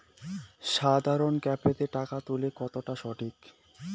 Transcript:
সাধারণ ক্যাফেতে টাকা তুলা কতটা সঠিক?